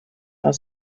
are